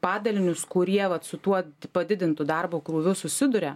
padalinius kurie vat su tuo padidintu darbo krūviu susiduria